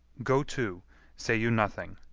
go to say you nothing.